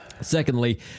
Secondly